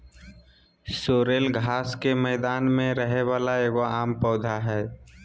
sorrel घास के मैदान में रहे वाला एगो आम पौधा हइ